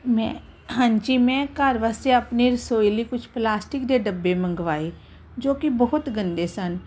ਮੈਂ ਹਾਂਜੀ ਮੈਂ ਘਰ ਵਾਸਤੇ ਆਪਣੇ ਰਸੋਈ ਲਈ ਕੁਝ ਪਲਾਸਟਿਕ ਦੇ ਡੱਬੇ ਮੰਗਵਾਏ ਜੋ ਕਿ ਬਹੁਤ ਗੰਦੇ ਸਨ